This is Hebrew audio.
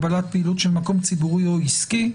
הגבלת פעילות של מקום ציבורי או עסקי,